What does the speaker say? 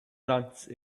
glance